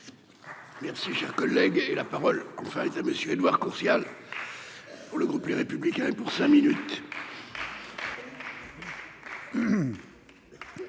Merci, cher collègue, et la parole enfin État monsieur Édouard Courtial pour le groupe Les Républicains pour cinq minutes.